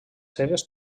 seves